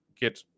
get